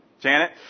Janet